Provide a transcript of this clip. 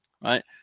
Right